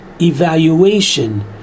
evaluation